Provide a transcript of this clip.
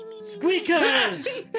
Squeakers